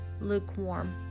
lukewarm